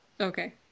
Okay